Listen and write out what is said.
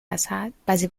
ازحد، بعضی